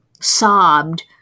sobbed